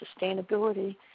sustainability